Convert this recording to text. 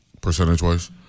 percentage-wise